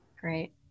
Great